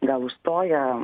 gal užstoja